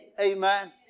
Amen